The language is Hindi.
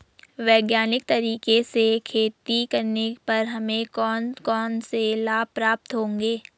वैज्ञानिक तरीके से खेती करने पर हमें कौन कौन से लाभ प्राप्त होंगे?